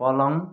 पलङ